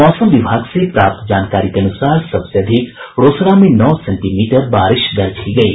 मौसम विभाग से प्राप्त जानकारी के अनुसार सबसे अधिक रोसड़ा में नौ सेंटीमीटर बारिश दर्ज की गयी